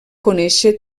conèixer